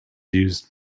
used